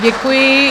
Děkuji.